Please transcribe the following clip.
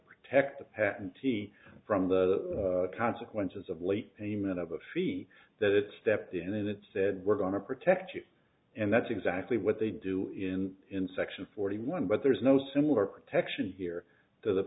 protect the patentee from the consequences of late payment of a fee that stepped in that said we're going to protect you and that's exactly what they do in in section forty one but there's no similar protection here to the